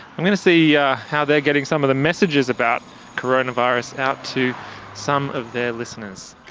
i'm going to see yeah how they're getting some of the messages about coronavirus out to some of their listeners.